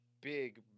big